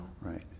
Right